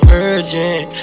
urgent